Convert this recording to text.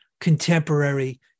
contemporary